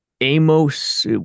amos